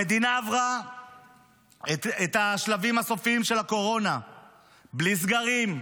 המדינה עברה את השלבים הסופיים של הקורונה בלי סגרים,